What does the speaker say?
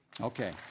Okay